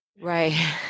Right